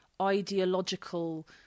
ideological